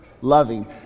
loving